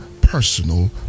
personal